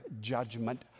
judgment